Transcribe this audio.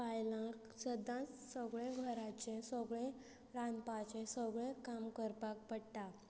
बायलांक सदांच सगळे घराचे सगळें रांदपाचे सगळें काम करपाक पडटा